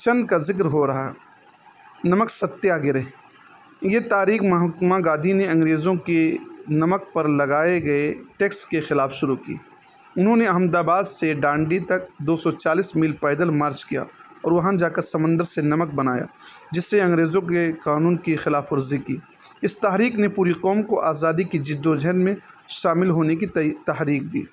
چند کا ذکر ہو رہا نمک ستیا گرہ یہ تحریک مہاتما گاندھی نے انگریزوں کے نمک پر لگائے گئے ٹیکس کے خلاف شروع کی انہوں نے احمد آباد سے ڈانڈی تک دو سو چالیس میل پیدل مارچ کیا اور وہاں جا کر سمندر سے نمک بنایا جس سے انگریزوں کے قانون کی خلاف ورزی کی اس تحریک نے پوری قوم کو آزادی کی جد و جہد میں شامل ہونے کی تی تحریک دی